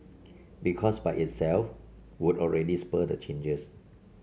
because by itself would already spur the changes